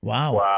Wow